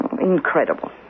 incredible